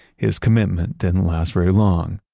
his commitment didn't last very long.